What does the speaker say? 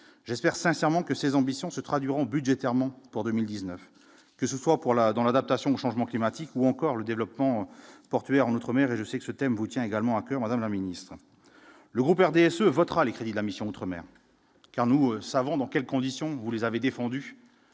j'espère sincèrement que ses ambitions se traduiront budgétairement pour 2019, que ce soit pour la dans l'adaptation au changement climatique ou encore le développement portuaire en Outre-mer et je sais que ce thème vous tient également à coeur Madame la ministre, le groupe RDSE votera les crédits de la mission outre-mer car nous savons dans quelles conditions, vous les avez défendu